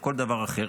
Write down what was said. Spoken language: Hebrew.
או כל דבר אחר,